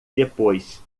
depois